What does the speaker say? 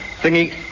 Thingy